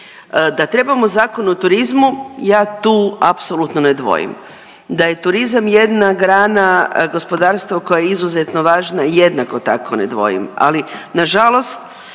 Da trebamo zakon o turizmu, ja tu apsolutno ne dvojim, da je turizam jedna grana gospodarstva koja je izuzetno važna, jednako tako ne dvojim, ali nažalost